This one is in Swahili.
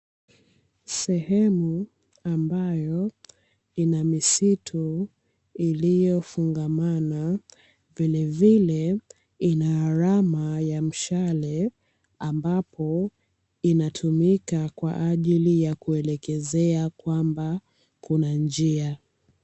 Sehemu ambayo ina misitu iliyofungamana vilevile ina alama ya mshale ambapo inatumika kwa ajili ya kuelekezea kwamba kuna njia.